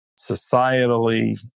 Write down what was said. societally